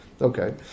Okay